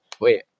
Wait